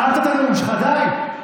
נאמת את הנאום שלך, די.